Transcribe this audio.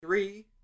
Three